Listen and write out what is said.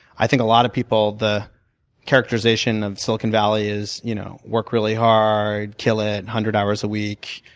i think a lot of people, the characterization of silicon valley is you know work really hard, kill it, one and hundred hours a week,